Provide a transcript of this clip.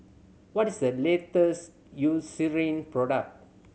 what is the latest Eucerin product